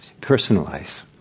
personalize